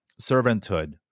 servanthood